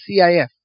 CIF